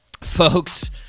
Folks